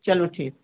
चलो ठीक है